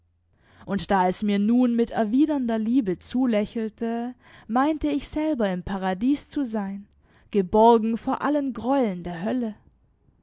und da es mir nun mit erwidernder liebe zulächelte meinte ich selber im paradies zu sein geborgen vor allen greueln der hölle